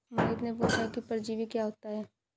मोहित ने पूछा कि परजीवी क्या होता है?